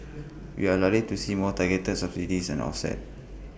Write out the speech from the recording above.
we are likely to see more targeted subsidies and offsets